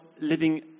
living